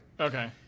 Okay